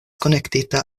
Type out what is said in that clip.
konektita